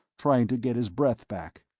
trying to get his breath back.